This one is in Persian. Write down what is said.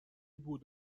بود